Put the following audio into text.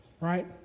right